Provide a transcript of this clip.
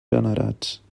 generats